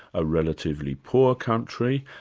a relatively poor country,